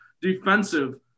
defensive